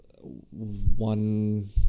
one